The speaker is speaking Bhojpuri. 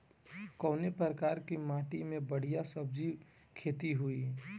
कवने प्रकार की माटी में बढ़िया सब्जी खेती हुई?